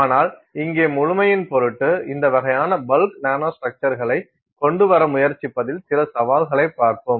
ஆனால் இங்கே முழுமையின் பொருட்டு இந்த வகையான பல்க் நானோ ஸ்ட்ரக்சர்ஸ்களை கொண்டு வர முயற்சிப்பதில் சில சவால்களைப் பார்ப்போம்